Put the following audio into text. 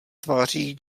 tvářích